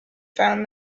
found